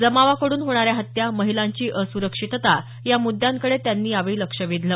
जमावाकड्रन होणाऱ्या हत्या महिलांची असुरक्षितता या मुद्यांकडे त्यांनी यावेळी लक्ष वेधलं